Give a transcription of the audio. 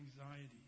anxiety